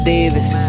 Davis